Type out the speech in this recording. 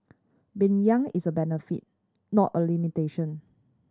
being young is a benefit not a limitation